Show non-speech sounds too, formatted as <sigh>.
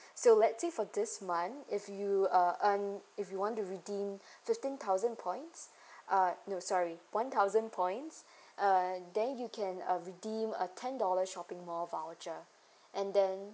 so let's say for this month if you uh earn if you want to redeem fifteen thousand points <breath> uh no sorry one thousand points uh then you can uh redeem a ten dollar shopping mall voucher and then